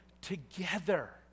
together